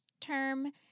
term